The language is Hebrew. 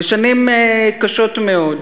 ושנים קשות מאוד,